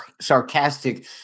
sarcastic